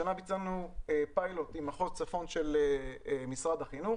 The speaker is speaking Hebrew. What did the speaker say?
השנה ביצענו פיילוט עם מחוז צפון של משרד החינוך